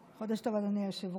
חודש טוב, חודש טוב, אדוני היושב-ראש.